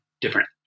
different